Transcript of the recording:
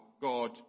God